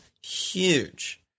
huge